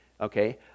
okay